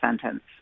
sentence